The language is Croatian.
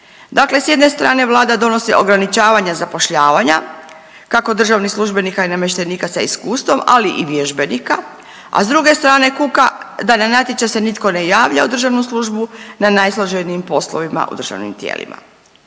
Dakle, s jedne strane vlada donosi ograničavanja zapošljavanja kako državnih službenika i namještenika sa iskustvom, ali i vježbenika, a s druge strane kuka da na natječaj se nitko ne javlja u državnu službu na najsloženijim poslovima u državnim tijelima.